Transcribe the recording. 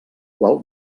qual